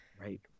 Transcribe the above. Right